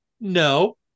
No